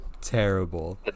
Terrible